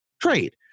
Trade